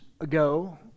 ago